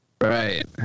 Right